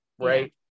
right